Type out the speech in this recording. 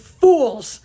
fools